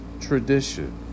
tradition